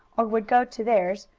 or would go to theirs,